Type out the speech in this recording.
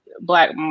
Black